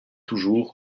toujours